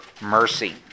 mercy